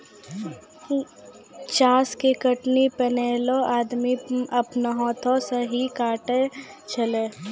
चास के कटनी पैनेहे आदमी आपनो हाथै से ही काटै छेलै